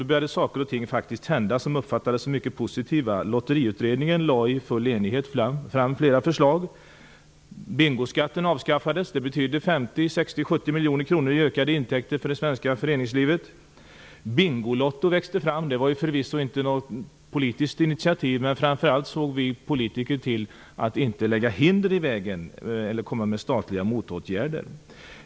Då började saker och ting faktiskt hända som uppfattades som mycket positiva. Lotteriutredningen lade i full enighet fram flera förslag. Bingoskatten avskaffades. Det betydde 50-70 miljoner kronor i ökade intäkter för det svenska föreningslivet. Bingolotto växte fram. Det var förvisso inte efter något politiskt initiativ, men framför allt såg vi politiker till att inte lägga hinder i vägen eller komma med statliga motåtgärder.